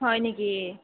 হয় নেকি